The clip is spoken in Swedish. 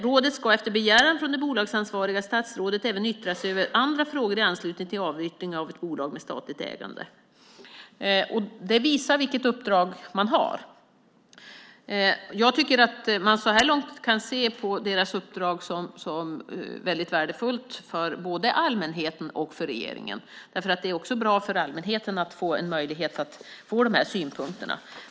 Rådet ska, efter begäran från det bolagsansvariga statsrådet, även yttra sig över andra frågor i anslutning till avyttring av ett bolag med statligt ägande." Detta visar vilket uppdrag man har, och jag tycker att man så här långt kan se på deras uppdrag som väldigt värdefullt för både allmänheten och regeringen. Det är också bra för allmänheten att få en möjlighet att få de här synpunkterna.